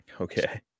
okay